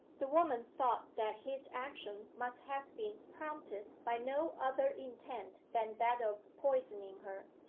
the woman thought that his action must have been prompted by no other intent than that of poisoning her,